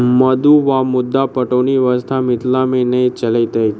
मद्दु वा मद्दा पटौनी व्यवस्था मिथिला मे नै चलैत अछि